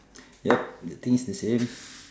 yup the thing is the same